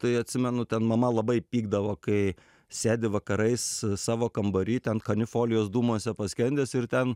tai atsimenu ten mama labai pykdavo kai sėdi vakarais savo kambary ten kanifolijos dūmuose paskendęs ir ten